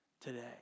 today